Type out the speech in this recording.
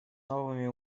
новыми